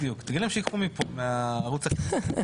בדיוק, תגידי להם שיחקו מפה מערוץ הכנסת.